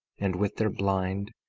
and with their blind,